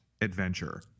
Adventure